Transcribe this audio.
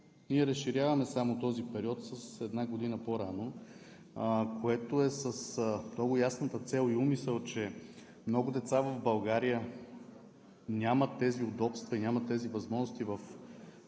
Ние разширяваме само този период с една година по-рано, което е с много ясната цел и умисъл, че много деца в България нямат тези удобства и нямат тези възможности в семейна